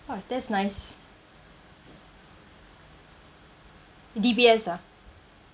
!wah! that's nice D_B_S ah